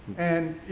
and,